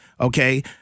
Okay